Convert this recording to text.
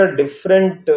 different